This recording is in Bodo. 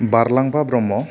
बारलांफा ब्रह्म